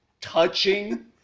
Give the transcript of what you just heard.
touching